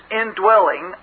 indwelling